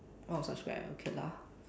orh subscribe okay lah